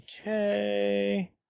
Okay